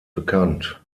bekannt